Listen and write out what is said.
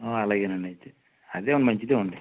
అలాగే అండి అయితే అదే మంచిది ఇవ్వండి